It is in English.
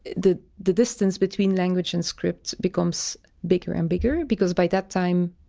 the the distance between language and script becomes bigger and bigger because by that time,